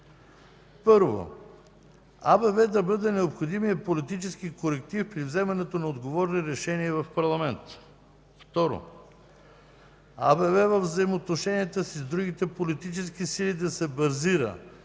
Първо, АБВ да бъде необходимият политически коректив при вземането на отговорни решения в парламента. Второ, АБВ във взаимоотношенията си с другите политически сили да се базира